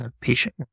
patient